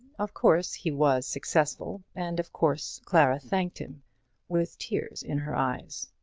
of course he was successful, and of course clara thanked him with tears in her eyes.